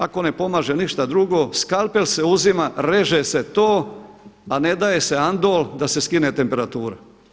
Ako ne pomaže ništa drugo skalpel se uzima reže se to a ne da je se Andol da se skine temperatura.